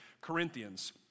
Corinthians